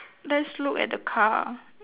let's look at the car